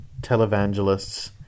televangelists